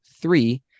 Three